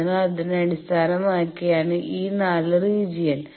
അതിനാൽ അതിനെ അടിസ്ഥാനമാക്കിയാണ് ഈ നാല് റീജിയൻ